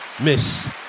Miss